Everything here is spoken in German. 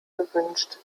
gewünscht